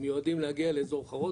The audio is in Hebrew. מיועדים להגיע לאזור חרוד,